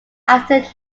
actor